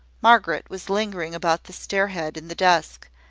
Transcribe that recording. margaret was lingering about the stair-head in the dusk,